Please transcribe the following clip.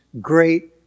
great